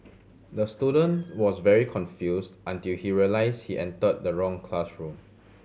the student was very confused until he realised he entered the wrong classroom